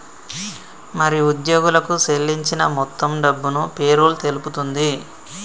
మరి ఉద్యోగులకు సేల్లించిన మొత్తం డబ్బును పేరోల్ తెలుపుతుంది